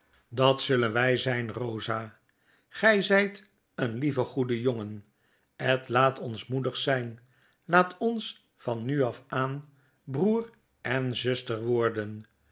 dat zullen wij zyn bosa gy zyt een lieve goede jongen ed laat ons moedig zyn laat ons van nu af aan broer en zuster worden